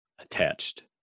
attached